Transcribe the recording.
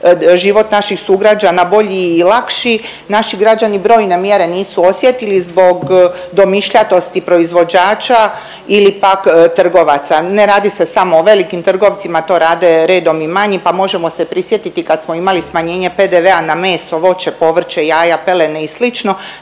život naših sugrađana bolji i lakši, naši građani brojne mjere nisu osjetili zbog domišljatosti proizvođača ili pak trgovaca. Ne radi se samo o velikim trgovcima, to rade redom i manji, pa možemo se prisjetiti kad smo imali smanjenje PDV-a na meso, voće, povrće, jaja, pelene i